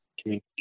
community